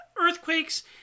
Earthquakes